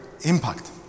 impact